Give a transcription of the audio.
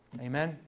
Amen